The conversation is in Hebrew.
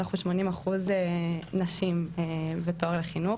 אנחנו 80% נשים בתואר לחינוך,